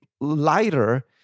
lighter